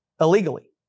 illegally